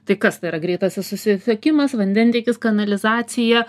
tai kas tai yra greitasis susisiekimas vandentiekis kanalizacija